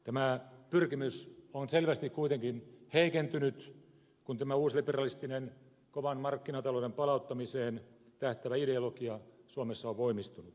tämä pyrkimys on selvästi kuitenkin heikentynyt kun tämä uusliberalistinen kovan markkinatalouden palauttamiseen tähtäävä ideologia suomessa on voimistunut